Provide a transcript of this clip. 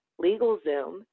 LegalZoom